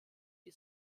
die